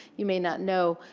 you may not know.